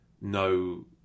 no